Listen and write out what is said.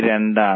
22 ആണ്